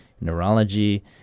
neurology